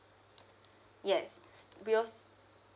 yes we also